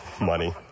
Money